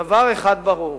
דבר אחד ברור: